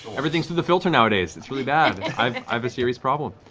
everything's through the filter nowadays. it's really bad. i have a serious problem.